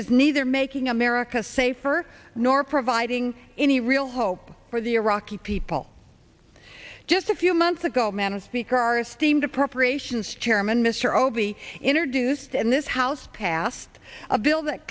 is neither making america safer nor providing any real hope for the iraqi people just a few months ago man a speaker our esteemed appropriations chairman mr ovi introduced and this house passed a bill that